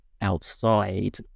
outside